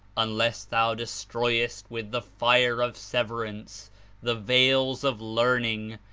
unless thou destroy est with the fire of severance the veils of learning,